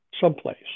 someplace